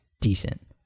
decent